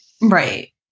Right